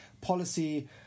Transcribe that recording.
policy